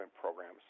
programs